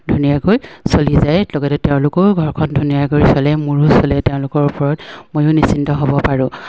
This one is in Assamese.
ধুনীয়াকৈ চলি যায় লগতে তেওঁলোকেও ঘৰখন ধুনীয়াকৈ চলে মোৰো চলে তেওঁলোকৰ ওপৰত ময়ো নিশ্চিন্ত হ'ব পাৰোঁ